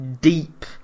deep